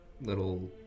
little